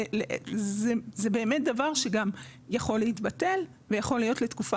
זה באמת דבר שגם יכול להתבטל ויכול להיות לתקופה